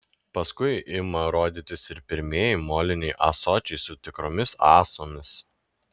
paskui ima rodytis ir pirmieji moliniai ąsočiai su tikromis ąsomis